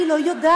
אני לא יודעת.